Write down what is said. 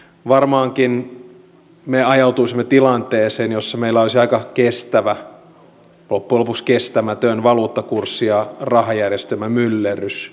varmaankin me ajautuisimme tilanteeseen jossa meillä olisi aika kestävä loppujen lopuksi kestämätön valuuttakurssi ja rahajärjestelmämyllerrys